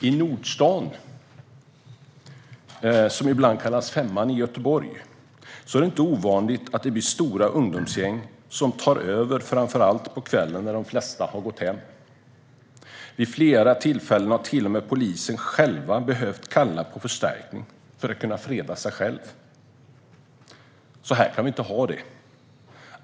I Nordstan, som ibland kallas Femman, i Göteborg är det inte ovanligt att stora ungdomsgäng tar över framför allt på kvällen när de flesta har gått hem. Vid flera tillfällen har till och med polisen själv behövt kalla på förstärkning för att kunna freda sig. Så här kan vi inte ha det.